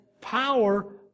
power